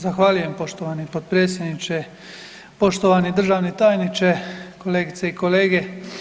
Zahvaljujem poštovani potpredsjedniče, poštovani državni tajniče, kolegice i kolege.